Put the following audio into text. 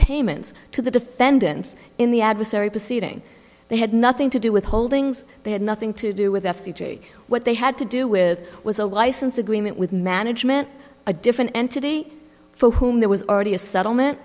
payments to the defendants in the adversary proceeding they had nothing to do with holdings they had nothing to do with f p g what they had to do with was a license agreement with management a different entity for whom there was already a settlement